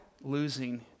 losing